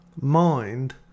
mind